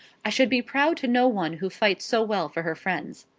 i should be proud to know one who fights so well for her friends.